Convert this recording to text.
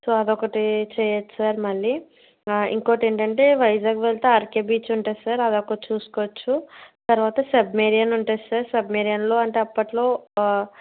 so అదొకటి చెయ్యొచ్చు sir మళ్ళీ ఇంకోటేంటంటే వైజాగ్ వెళ్తే ఆర్కే బీచ్ ఉంటుంది సార్ అదొకటి చూసుకోచ్చు తర్వాత సబ్మెరేన్ ఉంటుంది సార్ సబ్మెరేన్లో అంటే అప్పట్లో